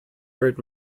heard